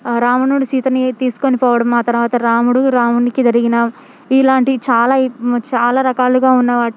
రావణుడు సీతని తీసుకొనిపోవడం ఆ తర్వాత రాముడు రావణునికి జరిగిన ఇలాంటి చాలా చాలా రకాలుగా ఉన్న